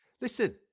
Listen